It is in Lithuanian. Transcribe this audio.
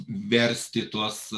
versti tuos